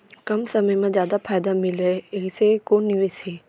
कम समय मा जादा फायदा मिलए ऐसे कोन निवेश हे?